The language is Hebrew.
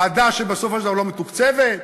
ועדה שבסופו של דבר לא מתוקצבת.